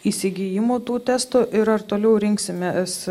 įsigijimų tų testų ir ar toliau rinksimės